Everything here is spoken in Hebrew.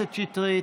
שטרית,